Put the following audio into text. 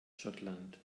schottland